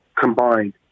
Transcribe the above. combined